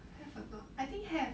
have or not I think have